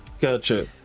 gotcha